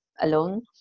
alone